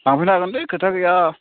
लांफैनो हागोन खोथा गैया